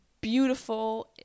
beautiful